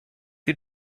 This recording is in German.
sie